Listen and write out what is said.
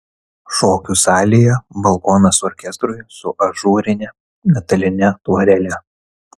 šokių salėje balkonas orkestrui su ažūrine metaline tvorele